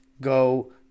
go